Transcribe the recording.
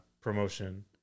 promotion